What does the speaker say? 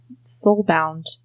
soul-bound